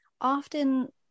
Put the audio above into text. often